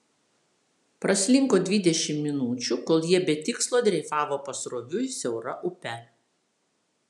praslinko dvidešimt minučių kol jie be tikslo dreifavo pasroviui siaura upe